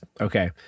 Okay